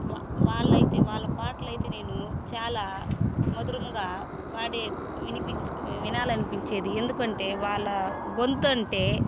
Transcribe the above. వా వాళ్లయితే వాళ్ల పాటలు అయితే నేను చాలా మధురముగా పాడే వినిపించే వినాలనిపించేది ఎందుకంటే వాళ్ళ గొంతు అంటే